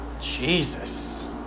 Jesus